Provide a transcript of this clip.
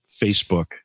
Facebook